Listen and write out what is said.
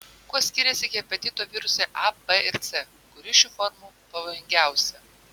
kuo skiriasi hepatito virusai a b ir c kuri šių formų pavojingiausia